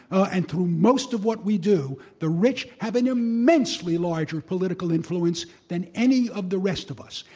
ah and through most of what we do, the rich have an immensely larger political influence than any of the rest of us.